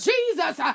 Jesus